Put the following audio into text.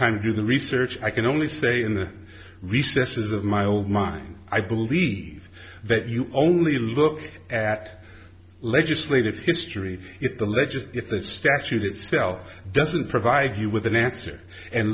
time to do the research i can only say in the recesses of my own mind i believe that you only look at legislative history if the letter if the statute itself doesn't provide you with an answer and